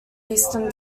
eastern